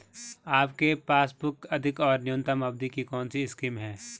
आपके पासबुक अधिक और न्यूनतम अवधि की कौनसी स्कीम है?